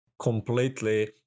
completely